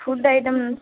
food item